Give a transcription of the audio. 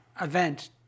event